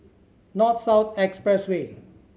North South Expressway